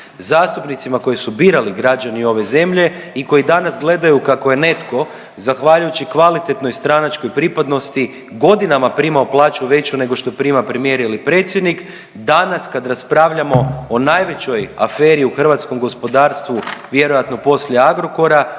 Zastupnicima koji su birali građani ove zemlje i koji danas gledaju kako je netko zahvaljujući kvalitetnoj stranačkoj pripadnosti godinama primao plaću veću nego što prima premijer ili predsjednik, danas kad raspravljamo o najvećoj aferi u hrvatskom gospodarstvu, vjerojatno poslije Agrokora